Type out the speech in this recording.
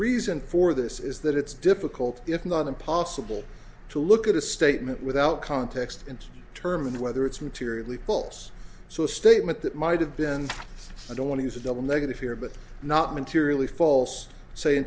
reason for this is that it's difficult if not impossible to look at a statement without context and determine whether it's materially false so a statement that might have been i don't want to use a double negative here but not materially false say in